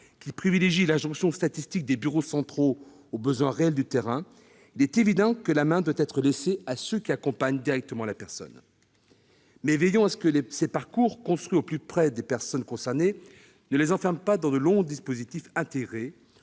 qui privilégie l'injonction statistique des bureaux centraux par rapport aux besoins réels du terrain, il est évident que la main doit être laissée à ceux qui accompagnent directement la personne. Mais veillons à ce que ces parcours, construits au plus près des personnes concernées, ne les enferment pas dans de longs dispositifs intégrés,